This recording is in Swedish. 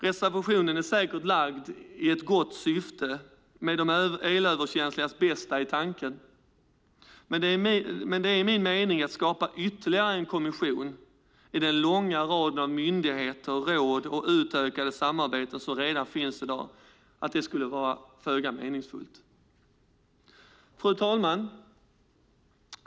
Reservationen är säkert avgiven i ett gott syfte med de elöverkänsligas bästa i åtanke, men att skapa ytterligare en kommission i den långa rad av myndigheter, råd och utökade samarbeten som redan finns i dag skulle enligt min mening vara föga meningsfullt. Fru talman!